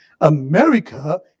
America